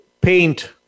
paint